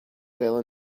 fell